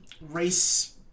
race